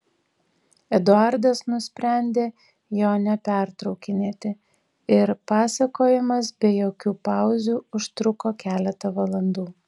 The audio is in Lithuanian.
eduardas nusprendė jo nepertraukinėti ir pasakojimas be jokių pauzių užtruko keletą valandų